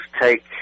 take